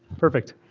perfect.